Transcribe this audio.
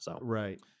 Right